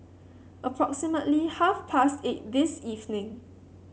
approximately half past eight this evening